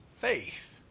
faith